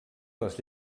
les